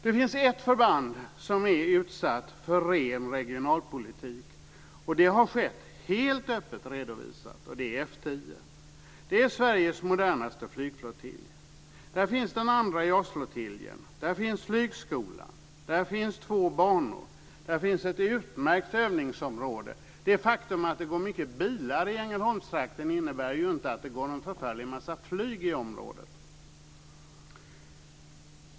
Det finns ett förband som är utsatt för ren regionalpolitik. Det har skett helt öppet redovisat. Det är F 10. Det är Sveriges modernaste flygflottilj. Där finns den andra JAS-flottiljen. Där finns flygskolan. Där finns två banor. Där finns ett utmärkt övningsområde. Det faktum att det går mycket bilar i Ängelholmstrakten innebär inte att det går en förfärlig massa flyg i området.